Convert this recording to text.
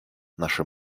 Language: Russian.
наши